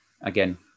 Again